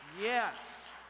Yes